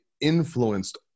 influenced